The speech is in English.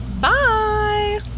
Bye